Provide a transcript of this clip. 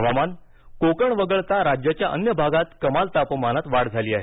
हवामान कोकण वगळता राज्याच्या अन्य भागात कमाल तापमानात वाढ झाली आहे